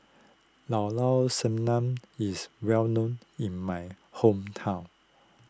Llao Llao Sanum is well known in my hometown